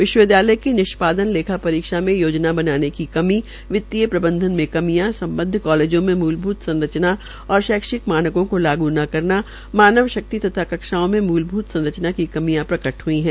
विश्वविद्यालय की निष्पादन परीक्षा में योजना बनाने की कमी वित्तीयप्रबंधन में कमियां सम्बदध कालेजों में मूलभूत संरचना तथा शैक्षणिक मानकों को लागू करना मानव शक्ति तथा कक्षाओं में मूलभूत संरचना की कमियां प्रकट हुई है